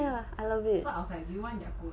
oh ya I love it